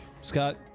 Scott